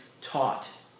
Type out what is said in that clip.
taught